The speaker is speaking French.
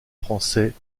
français